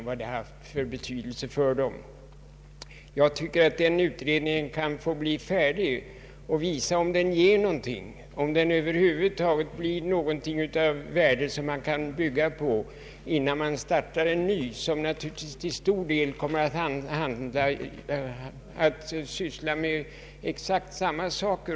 Jag anser att den utredningen kan få bli färdig och visa om den ger någonting — om den över huvud taget ger någonting av värde som man kan bygga på — innan man star tar en ny utredning, som naturligtvis. under den första tiden till stor del kommer att syssla med exakt samma saker.